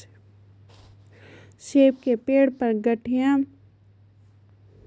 सेब के पेड़ पर गढ़िया रोग के क्या कारण हैं इसका समाधान कैसे करें?